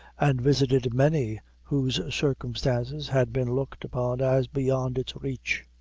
and visited many whose circumstances had been looked upon as beyond its reach.